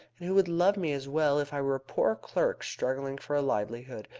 and who would love me as well if i were a poor clerk struggling for a livelihood.